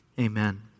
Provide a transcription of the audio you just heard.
Amen